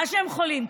בגלל שהם חולים.